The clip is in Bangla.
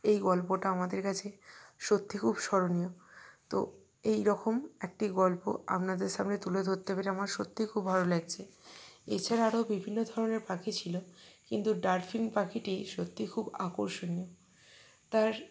এই গল্পটা আমাদের কাছে সত্যি খুব স্মরণীয় তো এইরকম একটি গল্প আপনাদের সামনে তুলে ধরতে পেরে আমার সত্যিই খুব ভালো লাগছে এছাড়া আরও বিভিন্ন ধরনের পাখি ছিল কিন্তু ডারফিন পাখিটি সত্যিই খুব আকর্ষণীয় তার